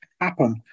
happen